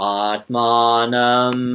atmanam